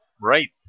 Right